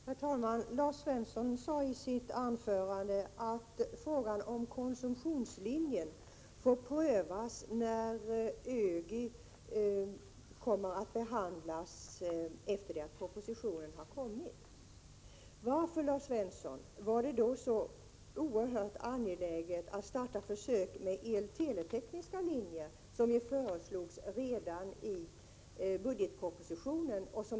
Herr talman! Lars Svensson sade i sitt anförande att frågan om konsumtionslinjen får prövas när ÖGY-förslagen behandlas efter det att propositionen har lagts fram. Men varför, Lars Svensson, var det så oerhört angeläget att starta en försöksverksamhet med el—tele-tekniska linjen — det föreslogs ju redan i budgetpropositionen?